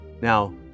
Now